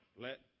let